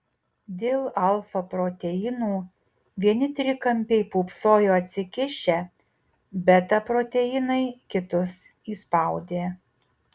dėl alfa proteinų vieni trikampiai pūpsojo atsikišę beta proteinai kitus įspaudė